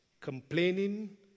complaining